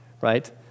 right